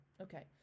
Okay